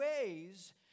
ways